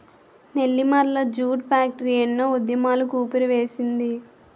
Nellimarla jute factory ఎన్నో ఉద్యమాలకు ఊపిరివేసింది